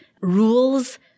rules